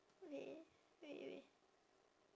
wait wait wait